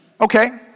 Okay